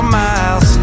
miles